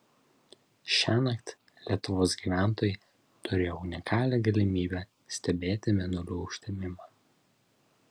šiąnakt lietuvos gyventojai turėjo unikalią galimybę stebėti mėnulio užtemimą